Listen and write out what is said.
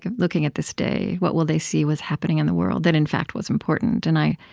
ah looking at this day what will they see was happening in the world that, in fact, was important? and i